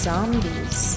Zombies